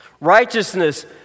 Righteousness